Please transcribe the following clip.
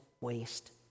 waste